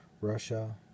Russia